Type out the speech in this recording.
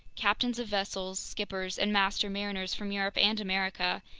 captains of vessels, skippers, and master mariners from europe and america,